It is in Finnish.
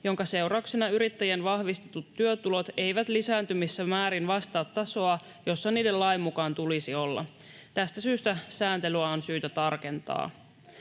minkä seurauksena yrittäjien vahvistetut työtulot eivät lisääntyvissä määrin vastaa tasoa, jossa niiden lain mukaan tulisi olla. Tästä syystä sääntelyä on syytä tarkentaa.